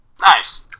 Nice